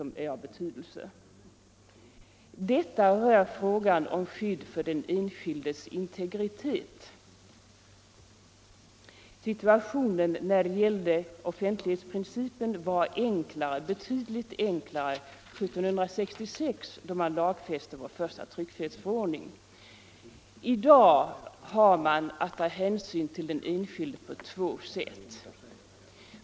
Här blir skyddet för den enskilde individens integritet av väsentlig betydelse. Situationen när det gällde offentlighetsprincipen var betydligt enklare 1766, då man lagfäste vår första tryckfrihetsförordning I dag har man att ta hänsyn till den enskilde på två sätt.